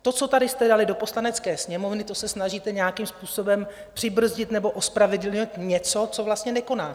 To, co tady jste dali do Poslanecké sněmovny, to se snažíte nějakým způsobem přibrzdit nebo ospravedlnit něco, co vlastně nekonáte.